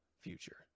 future